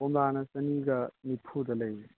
ꯀꯣꯝꯂꯥꯅ ꯆꯅꯤꯒ ꯅꯤꯐꯨꯗ ꯂꯩꯌꯦ